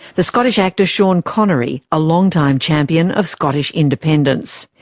the scottish actor sean connery, a long-time champion of scottish independence.